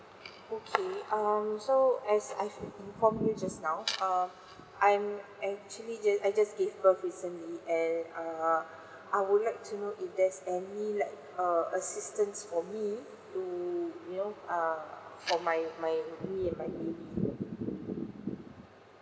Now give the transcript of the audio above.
okay um so as I've inform you just now err I'm actually just I just give birth recently and err I would like to know if there's any like err assistance for me to you know err for my my me and my leave